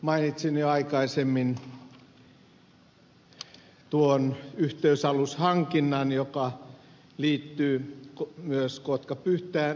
mainitsin jo aikaisemmin tuon yhteysalushankinnan joka liittyy myös kotkapyhtää suuntaan